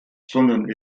sondern